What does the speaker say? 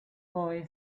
boy